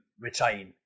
retain